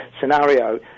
scenario